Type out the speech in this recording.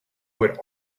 would